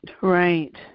Right